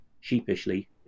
sheepishly